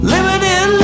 Limited